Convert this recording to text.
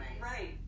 right